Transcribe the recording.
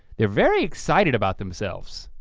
they're very excited about themselves.